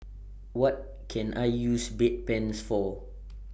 What Can I use Bedpans For